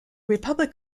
republic